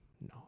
No